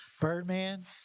Birdman